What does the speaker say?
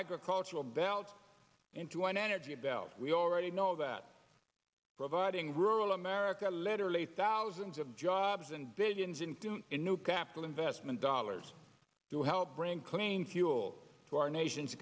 agricultural belt into an energy belt we already know that providing rural america literally thousands of jobs and billions in in new capital investment dollars to help bring clean fuel to our nation